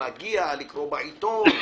לקרוא בעיתון,